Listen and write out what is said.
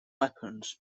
weapons